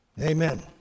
Amen